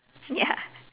ya